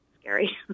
scary